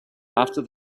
after